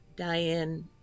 Diane